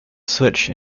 switch